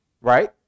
right